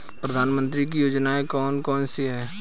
प्रधानमंत्री की योजनाएं कौन कौन सी हैं?